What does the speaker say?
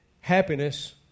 Happiness